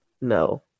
no